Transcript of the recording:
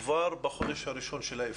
כבר בחודש הראשון של האבחון.